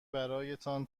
برایتان